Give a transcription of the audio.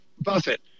Buffett